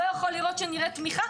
לא יכול להיות שנראה תמיכה,